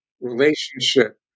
relationship